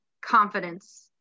confidence